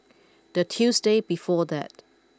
the Tuesday before that